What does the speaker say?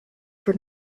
for